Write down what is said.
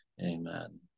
Amen